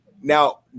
now